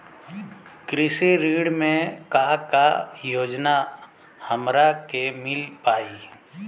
कृषि ऋण मे का का योजना हमरा के मिल पाई?